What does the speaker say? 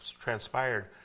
transpired